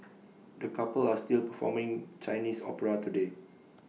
the couple are still performing Chinese opera today